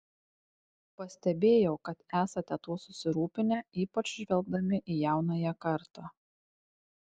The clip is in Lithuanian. pastebėjau kad esate tuo susirūpinę ypač žvelgdami į jaunąją kartą